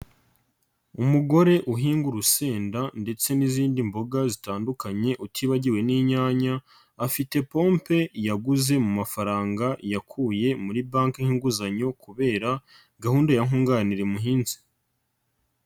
Umugore uhinga urusenda ndetse n'izindi mboga zitandukanye utibagiwe n'inyanya, afite pompe yaguze mu mafaranga yakuye muri banki nk'inguzanyo kubera gahunda ya nkunganire muhinzi.